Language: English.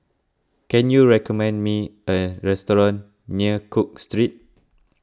can you recommend me a restaurant near Cook Street